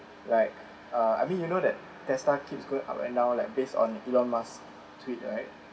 like uh I mean you know that Tesla keeps going up and down like based on elon musk tweet right